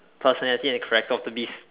personality and character of the beast